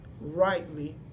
rightly